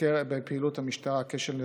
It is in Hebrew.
בפעילות המשטרה, כשל חקירתי,